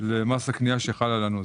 למס הקנייה שחל על הנוזל.